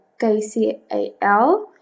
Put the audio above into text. KCAL